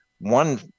one